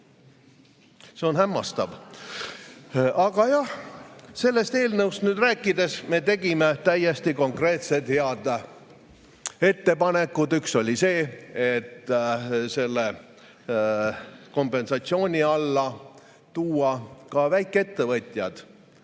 See on hämmastav. Aga jah, sellest eelnõust rääkides, me tegime täiesti konkreetsed, head ettepanekud. Üks oli see, et kompensatsiooni alla tuua ka väikeettevõtjad,